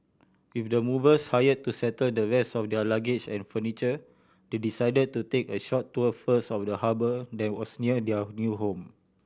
with the movers hire to settle the rest of their luggage and furniture they decided to take a short tour first of the harbour that was near their new home